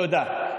תודה.